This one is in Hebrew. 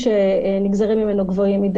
אני מקבל את זה.